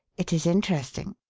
it is interesting.